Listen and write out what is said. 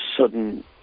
sudden